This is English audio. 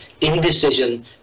Indecision